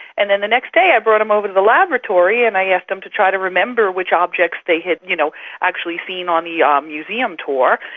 and then the next day i brought them over to the laboratory and i asked them to try to remember which objects they had you know actually seen on the um museum tour.